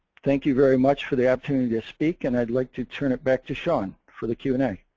thank you very much for the opportunity to speak and i'd like to turn it back to shaun for the q and a.